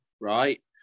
right